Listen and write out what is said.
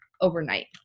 overnight